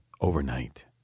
overnight